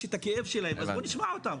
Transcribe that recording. את הכאב שלהם אז בואו נשמע אותם.